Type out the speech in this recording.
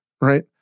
right